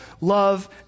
love